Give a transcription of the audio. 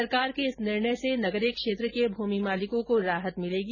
सरकार के इस निर्णय से नगरीय क्षेत्र के भूमि मालिकों को राहत मिलेगी